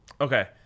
Okay